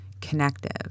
connective